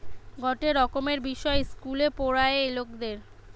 গটে রকমের বিষয় ইস্কুলে পোড়ায়ে লকদের